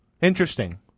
Interesting